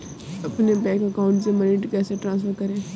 अपने bank account से money कैसे ट्रांसफर करें?